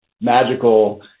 magical